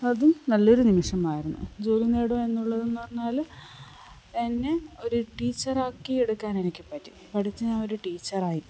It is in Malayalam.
അതും നല്ലൊരു നിമിഷമായിരുന്നു ജോലി നേടുക എന്നുള്ളതെന്നു പറഞ്ഞാൽ എന്നെ ഒരു ടീച്ചറാക്കി എടുക്കാനെനിക്ക് പറ്റി പഠിച്ച് ഞാനൊരു ടീച്ചറായി